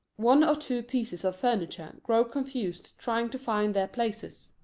one or two pieces of furniture grow confused trying to find their places.